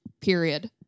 period